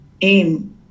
aim